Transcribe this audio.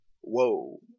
whoa